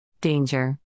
Danger